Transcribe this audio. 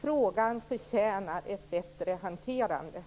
Frågan förtjänar en bättre hantering.